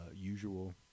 usual